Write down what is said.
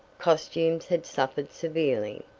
costumes had suffered severely.